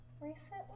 recently